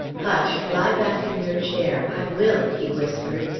hush! lie back in your chair! i will! he whispered.